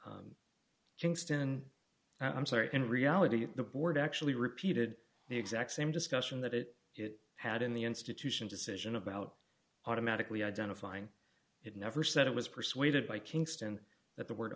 kingston i'm sorry in reality the board actually repeated the exact same discussion that it had in the institution decision about automatically identifying it never said it was persuaded by kingston that the word